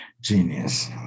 genius